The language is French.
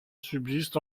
subsiste